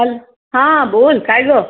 hello हां बोल काय गं